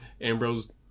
Ambrose